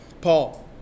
Paul